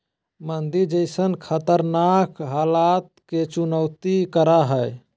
मंदी जैसन खतरनाक हलात के चुनौती खरा हइ